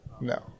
No